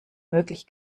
möglich